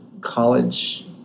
college